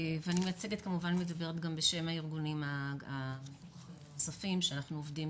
ואני מדברת כמובן גם בשם הארגונים הנוספים שאנחנו עובדים